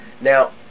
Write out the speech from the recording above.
Now